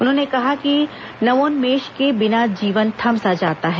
उन्होंने कहा कि नवोन्मेष के बिना जीवन थम सा जाता है